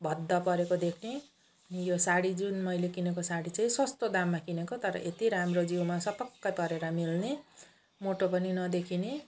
भद्द परेको देख्ने यो साडी जुन मैले किनेको साडी चाहिँ सस्तो दाममा किनेको तर यति राम्रो जिउमा सपक्कै परेर मिल्ने मोटो पनि नदेखिने